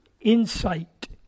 insight